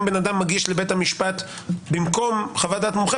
בן אדם מגיש לבית המשפט במקום חוות דעת מומחה,